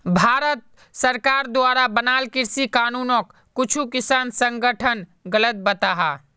भारत सरकार द्वारा बनाल कृषि कानूनोक कुछु किसान संघठन गलत बताहा